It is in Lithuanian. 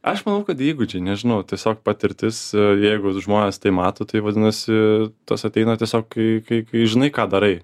aš manau kad įgūdžiai nežinau tiesiog patirtis jeigu žmonės tai mato tai vadinasi tas ateina tiesiog kai kai žinai ką darai